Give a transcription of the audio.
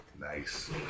Nice